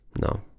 No